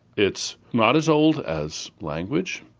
it's not as old as language,